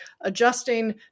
adjusting